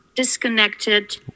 disconnected